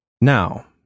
Now